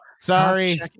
Sorry